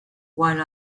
while